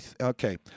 okay